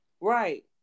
Right